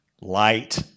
light